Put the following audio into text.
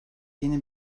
yeni